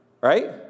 Right